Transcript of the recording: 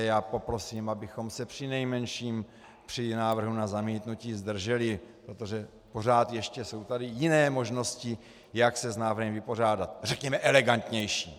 Já poprosím, abychom se přinejmenším při návrhu na zamítnutí zdrželi, protože pořád ještě jsou tady jiné možnosti, jak se s návrhem vypořádat, řekněme elegantnější.